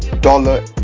dollar